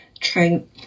trying